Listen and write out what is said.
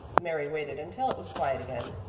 mary waited until it was quiet again.